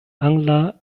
angla